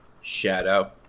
Shadow